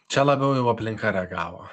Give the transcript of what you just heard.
čia labiau jau aplinka reagavo